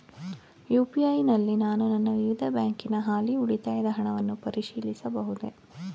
UPI ನಲ್ಲಿ ನಾನು ನನ್ನ ವಿವಿಧ ಬ್ಯಾಂಕಿನ ಹಾಲಿ ಉಳಿತಾಯದ ಹಣವನ್ನು ಪರಿಶೀಲಿಸಬಹುದೇ?